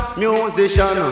musician